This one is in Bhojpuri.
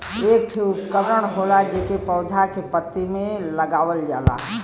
एक ठे उपकरण होला जेके पौधा के पत्ती में लगावल जाला